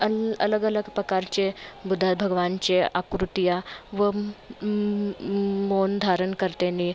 अन् अलग अलग प्रकारचे बुद्ध भगवानाचे आकृतीयाँ वम् मौन धारण करताना